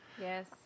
Yes